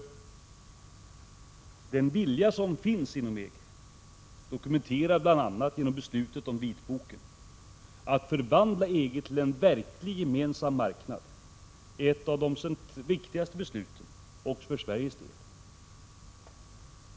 Den vilja som finns inom EG —- dokumenterad bl.a. genom beslutet om vitboken — att förvandla EG till en verklig gemensam marknad, är ett av de viktigaste beslut som fattats även för Sveriges del.